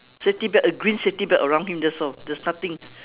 safety belt a green safety belt around him that's all there's nothing